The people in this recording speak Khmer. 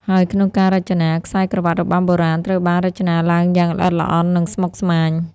ហើយក្នុងការរចនា ខ្សែក្រវាត់របាំបុរាណត្រូវបានរចនាឡើងយ៉ាងល្អិតល្អន់ និងស្មុគស្មាញ។